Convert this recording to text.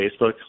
Facebook